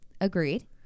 Agreed